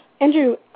Andrew